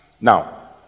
Now